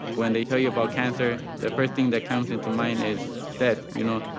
when they tell you about cancer, the first thing that comes into mind is that, you know,